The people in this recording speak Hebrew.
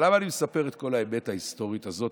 אבל למה אני מספר את כל ההיבט ההיסטורי הזה,